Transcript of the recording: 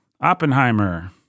Oppenheimer